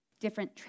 different